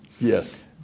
Yes